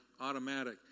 automatic